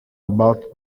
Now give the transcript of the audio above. about